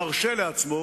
מרשה לעצמו